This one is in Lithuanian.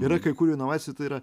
yra kai kurių inovacija tai yra